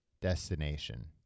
destination